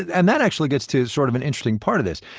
and that actually gets to sort of an interesting part of this.